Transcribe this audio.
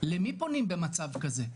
למי פונים במצב כזה?